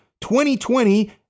2020